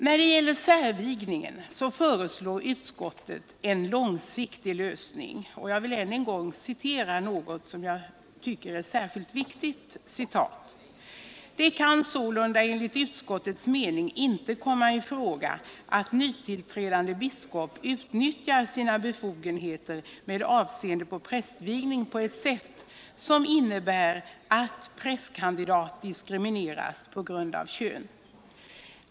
När det gäller särvigningen föreslår utskottet en långsiktig lösning, och jag vill citera el avsnitt ur betänkandet som jag tycker är särskilt viktigt i sammanhanget: | "Det kan sålunda enligt utskottets mening inte komma i fråga att nytillträdande biskop utnyttjar sina befogenheter med avseende på prästvigning på ett sätt som innebär att prästkandidat diskrimineras på grund av kön.